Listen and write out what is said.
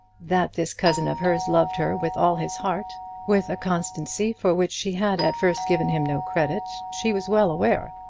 that this cousin of hers loved her with all his heart with a constancy for which she had at first given him no credit, she was well aware.